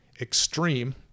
Extreme